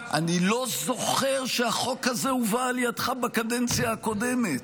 אני לא זוכר שהחוק הזה הובא על ידך בקדנציה הקודמת,